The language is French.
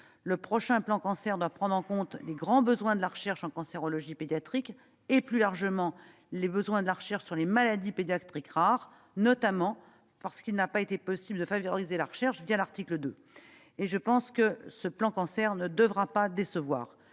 Le prochain plan Cancer doit prendre en compte les grands besoins de la recherche en cancérologie pédiatrique et, plus largement, les besoins de la recherche sur les maladies pédiatriques rares, notamment parce qu'il n'a pas été possible de favoriser la recherche l'article 2. Je pense que ce plan Cancer ne devra pas décevoir.